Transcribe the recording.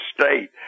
state